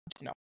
No